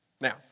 Now